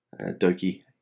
Doki